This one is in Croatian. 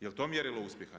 Jel to mjerilo uspjeha?